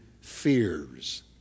fears